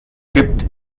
gibt